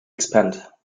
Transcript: expand